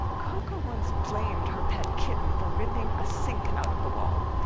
koko once blamed her pet kitten for ripping a sink out of the wall.